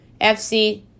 FC